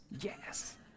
yes